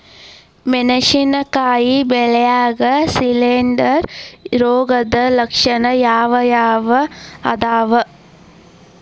ಮೆಣಸಿನಕಾಯಿ ಬೆಳ್ಯಾಗ್ ಶಿಲೇಂಧ್ರ ರೋಗದ ಲಕ್ಷಣ ಯಾವ್ಯಾವ್ ಅದಾವ್?